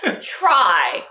TRY